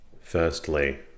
Firstly